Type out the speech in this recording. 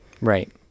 right